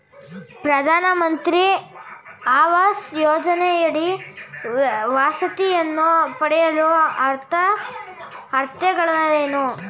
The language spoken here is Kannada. ಪ್ರಧಾನಮಂತ್ರಿ ಆವಾಸ್ ಯೋಜನೆಯಡಿ ವಸತಿಯನ್ನು ಪಡೆಯಲು ಅರ್ಹತೆಗಳೇನು?